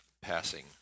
passing